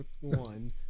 One